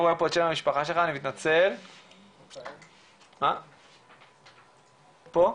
בוקר